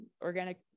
Organic